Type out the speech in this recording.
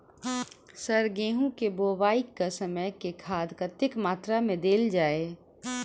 Sir गेंहूँ केँ बोवाई केँ समय केँ खाद कतेक मात्रा मे देल जाएँ?